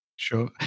Sure